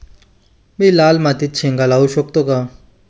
मी लाल मातीत शेंगा लावू शकतो का?